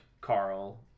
carl